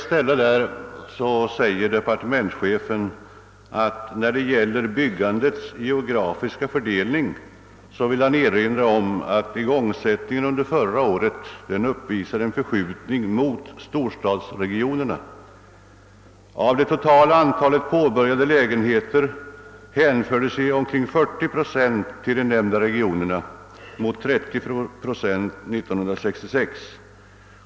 När det gäller byggandets geografiska fördelning erinrar inrikesministern om att igångsättningen under förra året uppvisade en förskjutning mot storstadsregionerna. Av det totala antalet påbörjade lägenheter hänförde sig omkring 40 procent till de nämnda regionerna mot 35 procent år 1966.